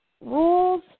rules